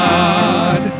God